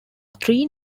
three